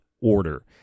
order—